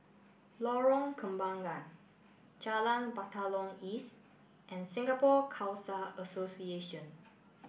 Lorong Kembangan Jalan Batalong East and Singapore Khalsa Association